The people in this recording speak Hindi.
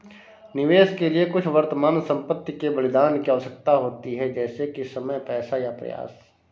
निवेश के लिए कुछ वर्तमान संपत्ति के बलिदान की आवश्यकता होती है जैसे कि समय पैसा या प्रयास